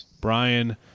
Brian